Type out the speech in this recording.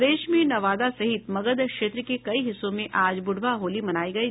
प्रदेश में नवादा सहित मगध क्षेत्र के कई हिस्सों में आज ब्रढ़वा होली मनायी जा रही है